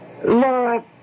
Laura